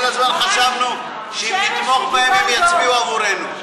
כל הזמן חשבנו שאם נתמוך בהם, הם יצביעו עבורנו.